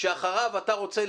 כל אחד עם